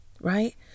right